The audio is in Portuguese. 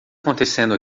acontecendo